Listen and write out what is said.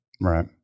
Right